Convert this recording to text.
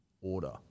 order